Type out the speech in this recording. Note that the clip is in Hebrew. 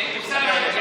מתן, אוסאמה יענה על זה.